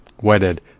wedded